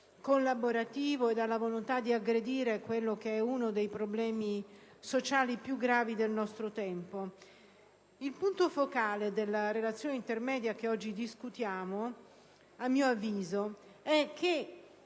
collaborativo e dalla volontà di aggredire uno dei problemi sociali più gravi del nostro tempo. Il punto focale della Relazione intermedia che oggi discutiamo è, a mio avviso,